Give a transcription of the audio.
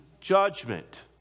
judgment